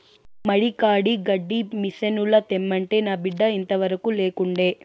మడి కాడి గడ్డి మిసనుల తెమ్మంటే నా బిడ్డ ఇంతవరకూ లేకుండే